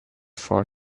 for